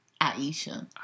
Aisha